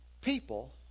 people